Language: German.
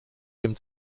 dem